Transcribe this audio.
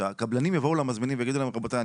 כשהקבלנים יבואו למזמינים ויגידו להם רבותיי,